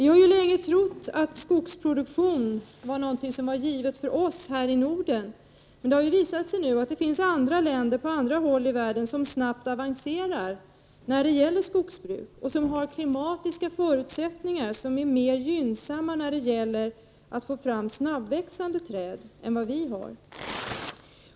Vi har ju länge trott att skogsproduktion var något främst för oss här i Norden, men det har nu visat sig att det finns länder på andra håll i världen som avancerar snabbt när det gäller skogsbruk och som har mer gynnsamma klimatiska förutsättningar för att få fram snabbväxande träd än vad vi har.